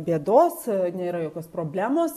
bėdos nėra jokios problemos